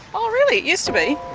oh really, it used to be?